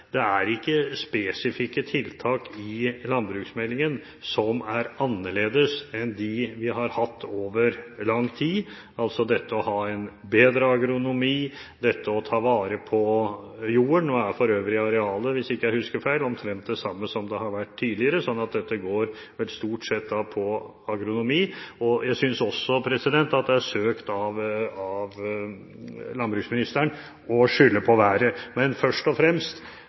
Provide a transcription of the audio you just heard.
spesifikke tiltak i landbruksmeldingen som er annerledes enn dem vi har hatt over lang tid, altså det å ha en bedre agronomi og det å ta vare på jorda. Nå er for øvrig arealet – hvis jeg ikke husker feil – omtrent det samme som det har vært tidligere, sånn at dette går vel stort sett på agronomi. Jeg synes også det er søkt av landbruksministeren å skylde på været. Men først og fremst: